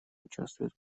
участвует